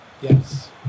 Yes